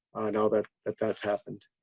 now, that that that's happened.